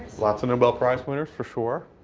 lots of nobel prize winners for sure.